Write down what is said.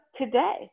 today